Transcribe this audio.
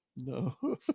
No